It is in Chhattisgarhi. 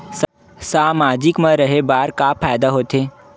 सामाजिक मा रहे बार का फ़ायदा होथे?